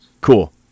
Cool